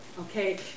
Okay